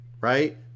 right